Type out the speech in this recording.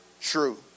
true